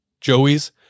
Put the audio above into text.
Joey's